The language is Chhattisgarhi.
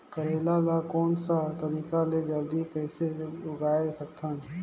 करेला ला कोन सा तरीका ले जल्दी कइसे उगाय सकथन?